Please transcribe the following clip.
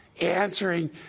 answering